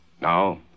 Now